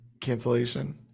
cancellation